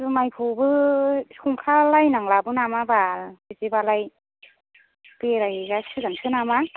जुमायखौबो संखालायनांलाबो नामा बाल बिदिबालाय बेरायहैजासिगोनसो नामा